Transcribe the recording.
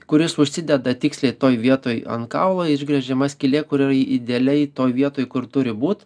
kuris užsideda tiksliai toj vietoj ant kaulo išgręžiama skylė kuri yra idealiai toj vietoj kur turi būt